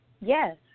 Yes